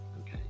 okay